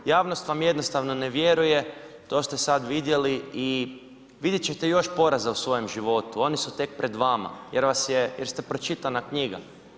Javnost vam jednostavno ne vjeruje, to ste sada vidjeli i vidjeti ćete još poraza u svojem životu, oni su tek pred vama jer ste pročitana knjiga.